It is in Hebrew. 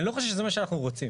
אני לא חושב שזה מה שאנחנו רוצים.